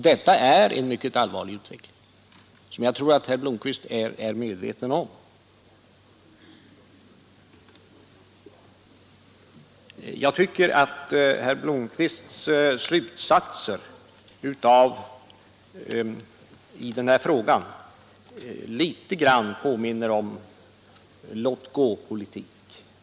Detta är en mycket allvarlig utveckling, och jag tror att herr Blomkvist är medveten om det. Jag tycker att herr Blomkvists slutsatser i denna fråga påminner något om låt-gå-politik.